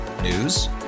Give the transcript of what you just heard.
News